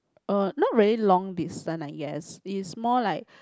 oh not really long distance I guess it's more like